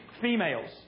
females